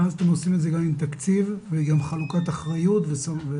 ואז אתם עושים את זה גם עם תקציב וגם חלוקת אחריות וסמכויות?